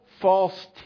false